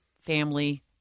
family